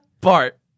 Bart